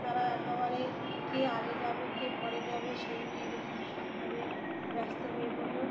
তারা একেবারে কে আগে যাবে কে পরে যাবে সেই নিয়ে দেখি ভীষণভাবে ব্যস্ত হয়ে পড়লো